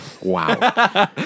Wow